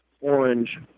Orange